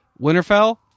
Winterfell